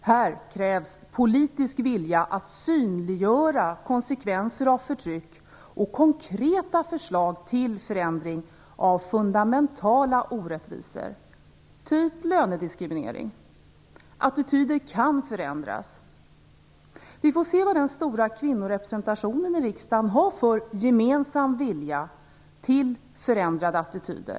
Här krävs politisk vilja att synliggöra konsekvenser av förtryck och konkreta förslag till förändring av fundamentala orättvisor, exempelvis lönediskriminering. Attityder kan förändras. Vi får se om den stora kvinnorepresentationen i riksdagen har en gemensam vilja till förändrade attityder.